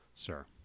Sir